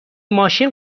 ماشین